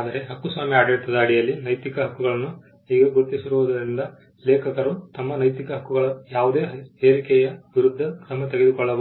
ಆದರೆ ಹಕ್ಕುಸ್ವಾಮ್ಯ ಆಡಳಿತದ ಅಡಿಯಲ್ಲಿ ನೈತಿಕ ಹಕ್ಕುಗಳನ್ನು ಈಗ ಗುರುತಿಸಿರುವುದರಿಂದ ಲೇಖಕರು ತಮ್ಮ ನೈತಿಕ ಹಕ್ಕುಗಳ ಯಾವುದೇ ಹೇರಿಕೆಯ ವಿರುದ್ಧ ಕ್ರಮ ತೆಗೆದುಕೊಳ್ಳಬಹುದು